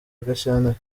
gashyantare